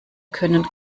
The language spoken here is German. können